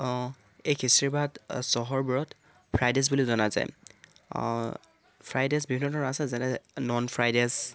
এই খিচিৰি ভাত চহৰবোৰত ফ্ৰাইড ৰাইচ বুলিও জনা যায় ফ্ৰাইড ৰাইচ বিভিন্ন ধৰণৰ আছে যেনে নন ফ্ৰাইড ৰাইচ